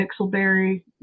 Pixelberry